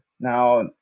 Now